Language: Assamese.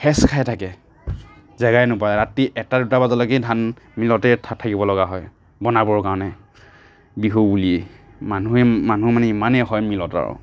হেঁচ খাই থাকে জাগাই নাপায় ৰাতি এটা দুটা বজালৈকে ধান মিলতে থা থাকিব লগা হয় বনাবৰ কাৰণে বিহু বুলিয়েই মানুহে মানুহ মানে ইমানেই হয় মিলত আৰু